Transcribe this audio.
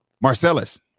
Marcellus